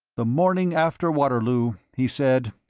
the morning after waterloo, he said.